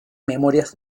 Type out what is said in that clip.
memorias